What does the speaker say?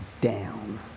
down